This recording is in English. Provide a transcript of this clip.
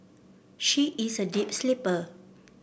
she is a deep sleeper